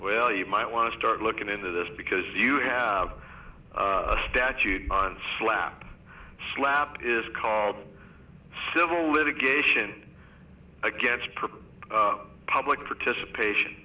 well you might want to start looking into this because you have statute on slap slap is called civil litigation against per hour but participation